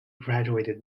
graduated